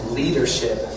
leadership